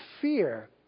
fear